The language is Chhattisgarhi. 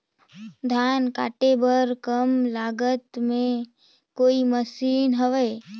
धान काटे बर कम लागत मे कौन मशीन हवय?